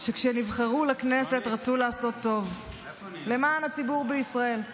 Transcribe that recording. שכשנבחרו לכנסת רצו לעשות טוב למען הציבור בישראל,